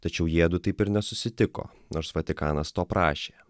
tačiau jiedu taip ir nesusitiko nors vatikanas to prašė